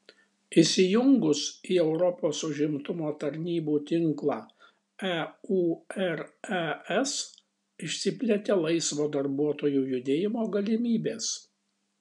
įsijungus į europos užimtumo tarnybų tinklą eures išsiplėtė laisvo darbuotojų judėjimo galimybės